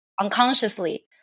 unconsciously